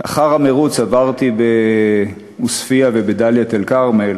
לאחר המירוץ עברתי בעוספיא ובדאלית-אל-כרמל,